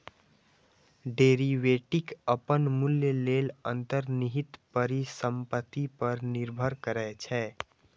derivative अपन मूल्य लेल अंतर्निहित परिसंपत्ति पर निर्भर करै छै